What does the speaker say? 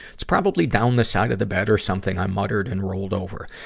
it's probably down the side of the bed or something i muttered, and rolled over.